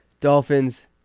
Dolphins